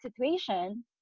situation